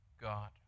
God